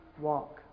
walk